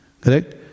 Correct